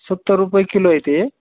सत्तर रुपये किलो इथे